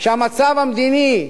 שהמצב המדיני,